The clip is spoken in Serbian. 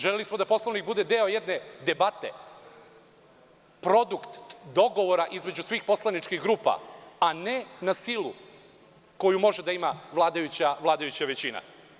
Želeli smo da Poslovnik bude deo jedne debate, produkt dogovora između svih poslaničkih grupa, a ne na silu koju može da ima vladajuća većina.